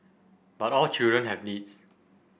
but all children have needs